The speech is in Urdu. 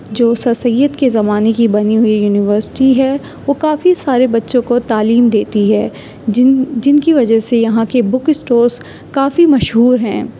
جو سر سید کے زمانے کی بنی یونیورسٹی ہے وہ کافی سارے بچوں کو تعلیم دیتی ہے جن جن کی وجہ سے یہاں کے بک اسٹورس کافی مشہور ہیں